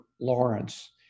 Lawrence